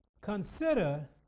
consider